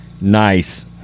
Nice